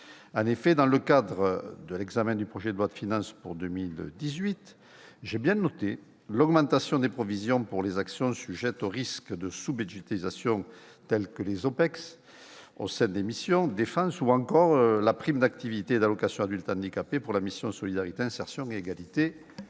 En effet, dans le cadre de l'examen du projet de loi de finances pour 2018, j'ai bien noté l'augmentation des provisions pour les actions sujettes au risque de sous-budgétisation, telles les OPEX au sein de la mission « Défense » ou encore la prime d'activité et l'allocation aux adultes handicapés pour la mission « Solidarité, insertion et égalité